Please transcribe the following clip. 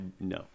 No